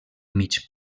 mig